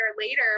later